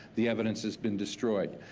the evidence has been destroyed.